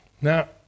Now